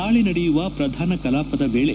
ನಾಳೆ ನಡೆಯುವ ಪ್ರಧಾನ ಕಾಲಪದ ವೇಳೆ